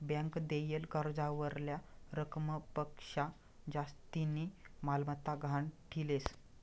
bank देयेल कर्जावरल्या रकमपक्शा जास्तीनी मालमत्ता गहाण ठीलेस